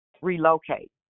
relocate